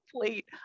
plate